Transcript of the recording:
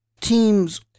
teams